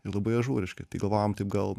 ir labai ažūriški tai galvojom taip gal